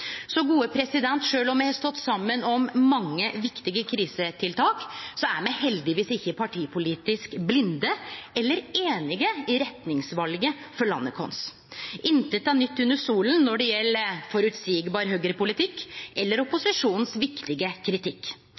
om me har stått saman om mange viktige krisetiltak, er me heldigvis ikkje partipolitisk blinde eller einige i retningsvalet for landet vårt. «Intet er nytt under solen» når det gjeld føreseieleg høgrepolitikk eller viktig kritikk